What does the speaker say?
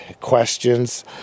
questions